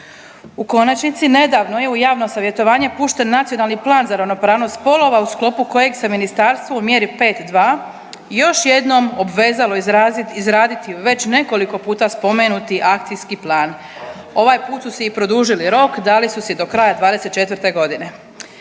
U konačnici, nedavno je u javno savjetovanje pušten Nacionalni plan za ravnopravnost spolova u sklopu kojeg se ministarstvo u mjeri 5.2. još jednom obvezalo izrazit, izraditi već nekoliko puta spomenuti akcijski plan, ovaj put su si i produžili rok, dali su si do kraja '24.g..